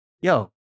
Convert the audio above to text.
Yo